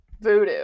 Voodoo